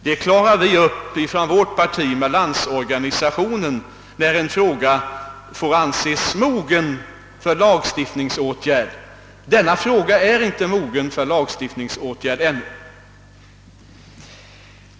Inom vårt parti kommer vi i samråd med landsorganisationen överens om när en fråga får anses mogen för lagstiftning. Den fråga det här gäller är ännu inte mogen för någon lagstiftningsåtgärd.